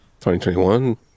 2021